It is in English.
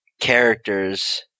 characters